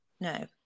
No